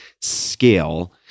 Scale